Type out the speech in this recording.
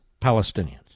Palestinians